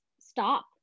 stop